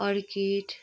orchid